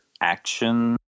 action